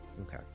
Okay